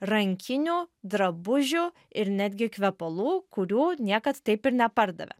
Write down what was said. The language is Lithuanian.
rankinių drabužių ir netgi kvepalų kurių niekad taip ir nepardavė